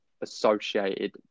associated